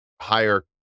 higher